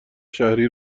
شهری